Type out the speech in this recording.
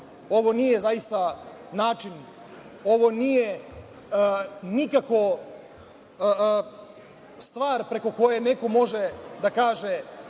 Ovo nije, zaista, način, ovo nije nikako stvar preko koje neko može da kaže